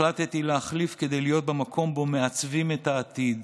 החלטתי להחליף כדי להיות במקום שבו מעצבים את העתיד,